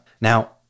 Now